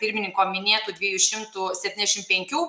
pirmininko minėtų dviejų šimtų septyniasdešim penkių